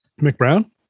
McBrown